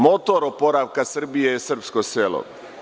Motor oporavka Srbije je srpsko selo.